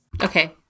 Okay